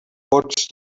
pots